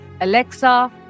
Alexa